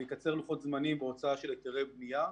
לקצר לוחות זמנים של הוצאת היתרי בנייה.